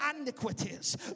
iniquities